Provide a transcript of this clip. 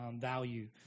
value